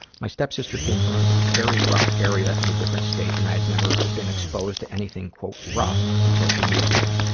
my stepsister came from a very rough area in a different state, and i'd never been exposed to anything rough until she moved in.